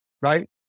right